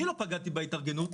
אני לא פגעתי בהתארגנות,